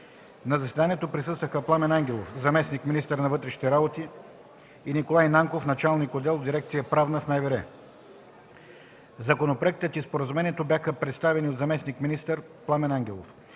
На заседанието присъстваха Пламен Ангелов – заместник-министър на вътрешните работи, и Николай Нанков – началник отдел в дирекция „Правна” в МВР. Законопроектът и споразумението бяха представени от заместник-министър Пламен Ангелов.